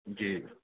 जी